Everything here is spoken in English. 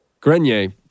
Grenier